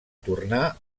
tornà